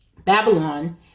Babylon